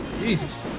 Jesus